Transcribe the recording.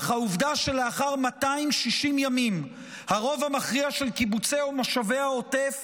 אך העובדה שלאחר 260 ימים הרוב המכריע של קיבוצי ומושבי העוטף